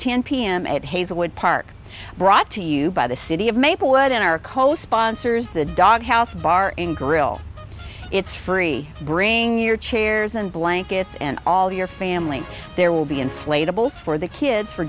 ten pm at hazelwood park brought to you by the city of maplewood in our co sponsors the doghouse bar and grill it's free bring your chairs and blankets and all your family there will be inflatables for the kids for